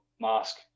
mask